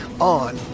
on